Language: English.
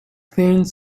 thin